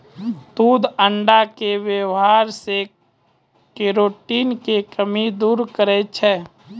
दूध अण्डा के वेवहार से केरोटिन के कमी दूर करै छै